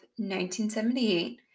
1978